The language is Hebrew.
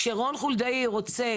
כשרון חולדאי רוצה,